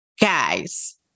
Guys